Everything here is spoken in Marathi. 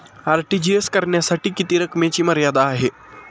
आर.टी.जी.एस करण्यासाठी किती रकमेची मर्यादा आहे?